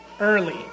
Early